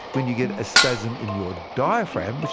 when you get a spasm in your diaphragm, but